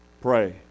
Pray